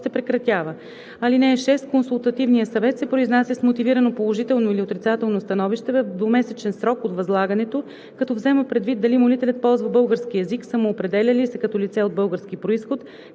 се прекратява. (6) Консултативният съвет се произнася с мотивирано положително или отрицателно становище в двумесечен срок от възлагането, като взема предвид дали молителят ползва български език, самоопределя ли се като лице от български произход,